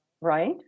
right